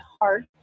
heart